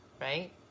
right